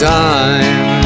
time